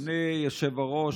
אדוני היושב-ראש,